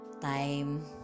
time